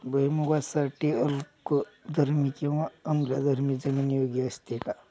भुईमूगासाठी अल्कधर्मी किंवा आम्लधर्मी जमीन योग्य असते का?